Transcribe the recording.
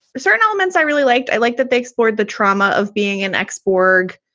certain elements i really liked. i like that they explored the trauma of being an ex borg.